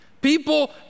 People